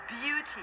beauty